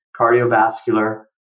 cardiovascular